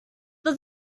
does